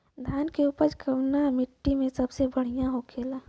धान की उपज कवने मिट्टी में सबसे बढ़ियां होखेला?